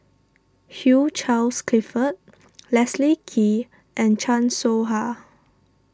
Hugh Charles Clifford Leslie Kee and Chan Soh Ha